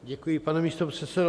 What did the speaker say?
Děkuji, pane místopředsedo.